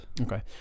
Okay